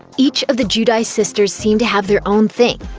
each of the giudice sisters seem to have their own thing.